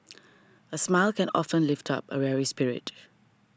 a smile can often lift up a weary spirit